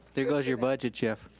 there goes your budget, jeff.